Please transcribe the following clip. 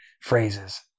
phrases